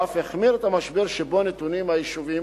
הוא אף החמיר את המשבר שבו נתונים היישובים